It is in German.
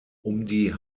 die